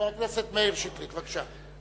מאיר שטרית, בבקשה.